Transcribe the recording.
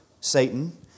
Satan